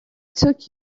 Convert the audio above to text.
took